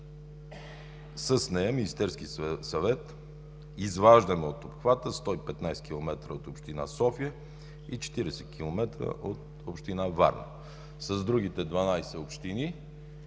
на Министерския съвет, с точка А 26 изваждаме от обхвата 115 км от община София и 40 км от община Варна. С другите 12 общини